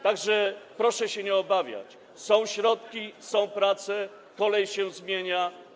Tak że proszę się nie obawiać: są środki, są prace, kolej się zmienia.